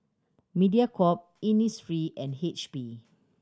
Mediacorp Innisfree and H P